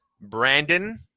Brandon